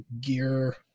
gear